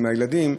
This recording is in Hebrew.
עם הילדים,